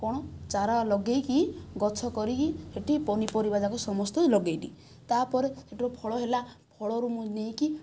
କ'ଣ ଚାରା ଲଗାଇକି ଗଛ କରିକି ସେଠି ପନିପରିବା ଯାକ ସମସ୍ତଙ୍କୁ ଲଗାଇଲି ତା'ପରେ ସେଠୁ ଫଳ ହେଲା ଫଳରୁ ମୁଁ ନେଇକି